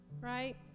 right